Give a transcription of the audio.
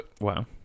wow